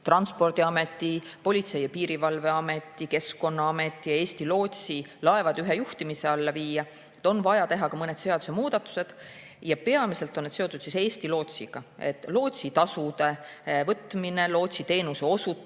Transpordiameti, Politsei- ja Piirivalveameti, Keskkonnaameti ja Eesti Lootsi laevad ühe juhtimise alla viia, on vaja teha ka mõned seadusemuudatused. Ja peamiselt on need seotud Eesti Lootsiga, nagu lootsitasude võtmine, lootsiteenuse osutaja.